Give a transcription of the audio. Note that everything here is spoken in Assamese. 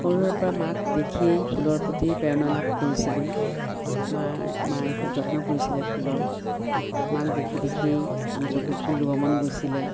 সৰুৰে পৰা মাক দেখিয়েই ফুলৰ প্ৰতি প্ৰেৰণা লাভ কৰিছিলোঁ মাই মায়ে খুব যত্ন কৰিছিলে ফুলৰ মাক দেখি দেখিয়েই নিজকো ফুল ৰোব মন গৈছিলে